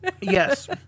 Yes